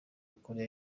koreya